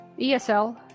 ESL